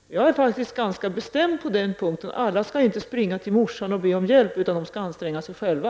Jag är faktiskt ganska bestämd på den punkten; alla skall inte springa till morsan och be om hjälp, utan de skall anstränga sig själva.